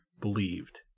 believed